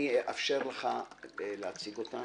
אני אאפשר לך להציג אותן.